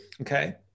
Okay